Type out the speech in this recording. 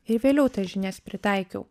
ir vėliau tas žinias pritaikiau